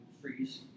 freeze